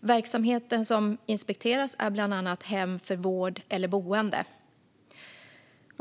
Verksamheter som inspekteras är bland annat hem för vård eller boende.